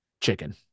chicken